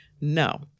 No